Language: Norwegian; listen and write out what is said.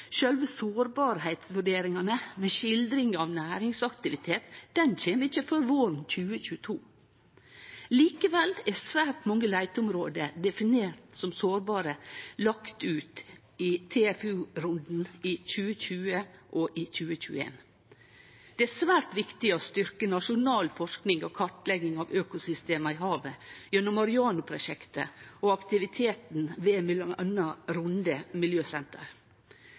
sjølve sårbarheitsvurderingane med skildring av næringsaktivitet kjem ikkje før våren 2022. Likevel er svært mange leiteområde definert som sårbare lagt ut i TFO-runden i 2020 og i 2021. Det er svært viktig å styrkje nasjonal forsking og kartlegging av økosystema i havet gjennom Mareano-prosjektet og aktiviteten ved m.a. Runde Miljøsenter.